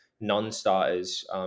non-starters